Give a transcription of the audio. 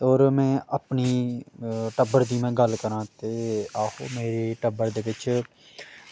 होर में अपनी टब्बर दी में गल्ल करांऽ ते अस टब्बर दे बिच्च